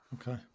Okay